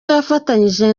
yafatanyije